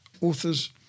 authors